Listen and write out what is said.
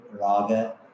Raga